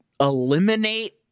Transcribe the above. eliminate